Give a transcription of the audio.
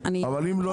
אם הן לא